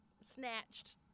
snatched